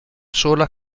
sola